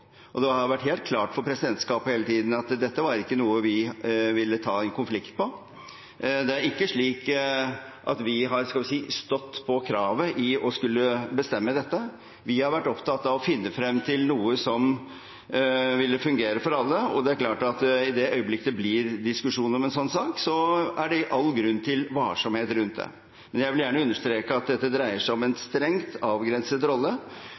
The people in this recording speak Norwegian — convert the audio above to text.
og det har vært helt klart for presidentskapet hele tiden at dette var ikke noe vi ville ta en konflikt på. Det er ikke slik at vi har, skal vi si, stått på kravet i å skulle bestemme dette. Vi har vært opptatt av å finne frem til noe som ville fungere for alle, og det er klart at i det øyeblikk det blir diskusjon om en slik sak, er det all grunn til varsomhet rundt det. Men jeg vil understreke at dette dreier seg om en strengt avgrenset rolle,